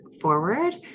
forward